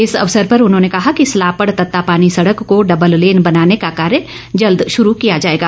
इस अवसर पर उन्होंने कहा कि सलापड़ तत्तापानी सड़क को डब्बललेन बनाने का कार्ये जल्द शुरू किया जाएगा